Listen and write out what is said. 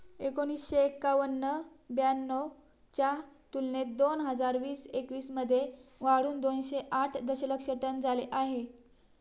एकोणीसशे एक्क्याण्णव ब्याण्णव च्या तुलनेत दोन हजार वीस एकवीस मध्ये वाढून दोनशे आठ दशलक्ष टन झाले आहे